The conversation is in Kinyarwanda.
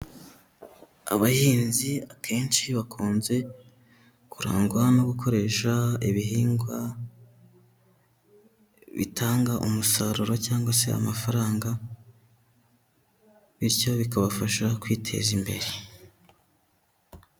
Abahinzi akenshi bakunze kurangwa no gukoresha ibihingwa bitanga umusaruro cyangwa se amafaranga, bityo bikabafasha kwiteza imbere.